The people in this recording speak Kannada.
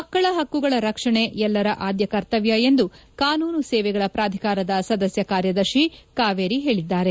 ಮಕ್ಕಳ ಹಕ್ಕುಗಳ ರಕ್ಷಣೆ ಎಲ್ಲರ ಆದ್ಯ ಕರ್ತವ್ಯ ಎಂದು ಕಾನೂನು ಸೇವೆಗಳ ಪ್ರಾಧಿಕಾರದ ಸದಸ್ಯ ಕಾರ್ಯದರ್ಶಿ ಕಾವೇರಿ ಹೇಳಿದ್ದಾರೆ